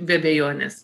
be abejonės